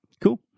Cool